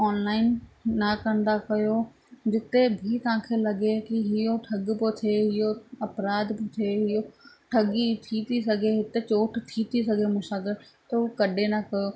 online न कंदा कयो जिते बि तव्हांखे लॻे की इहो ठग पियो थियो इहो अपराध बि थिए इहा ठगी थी थी सघे हिते चोट थी थी सघे मूं सां गॾु त उहो कॾहिं न कयो